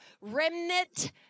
Remnant